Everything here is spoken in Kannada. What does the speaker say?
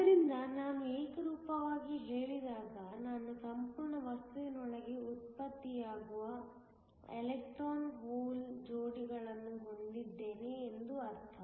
ಆದ್ದರಿಂದ ನಾನು ಏಕರೂಪವಾಗಿ ಹೇಳಿದಾಗ ನಾನು ಸಂಪೂರ್ಣ ವಸ್ತುವಿನೊಳಗೆ ಉತ್ಪತ್ತಿಯಾಗುವ ಎಲೆಕ್ಟ್ರಾನ್ ಹೋಲ್ ಜೋಡಿಗಳನ್ನು ಹೊಂದಿದ್ದೇನೆ ಎಂದರ್ಥ